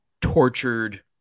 tortured